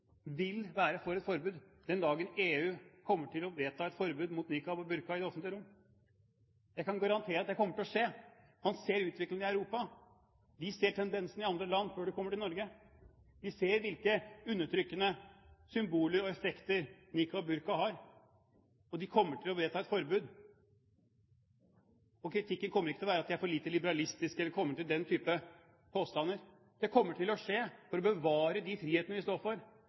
mot niqab og burka i det offentlige rom. Jeg kan garantere at det kommer til å skje. Vi ser utviklingen i Europa. Vi ser tendensen i andre land før det kommer til Norge. Vi ser hvilken effekt undertrykkende symboler som niqab og burka har. Man kommer til å vedta et forbud, og kritikken kommer ikke til å være at de er for lite liberalistiske eller den typen påstander. Det kommer til å skje for å bevare de frihetene vi står for.